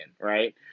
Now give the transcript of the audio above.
right